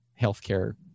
healthcare